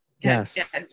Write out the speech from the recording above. Yes